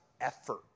effort